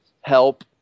help